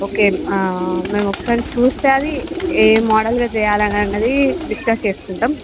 okay మేమొకసారి చూస్తే అది ఏం మోడల్గా చేయాలనన్నది డిస్కస్ చేసుకుంటాం